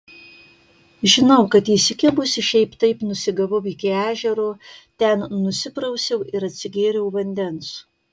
žinau kad įsikibusi šiaip taip nusigavau iki ežero ten nusiprausiau ir atsigėriau vandens